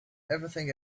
everything